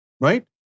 Right